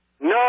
No